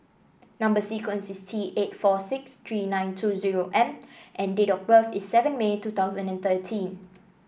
number sequence is T eight four six three nine two zero M and date of birth is seven May two thousand and thirteen